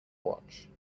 watch